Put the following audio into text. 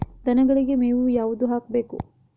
ದನಗಳಿಗೆ ಮೇವು ಯಾವುದು ಹಾಕ್ಬೇಕು?